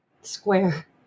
square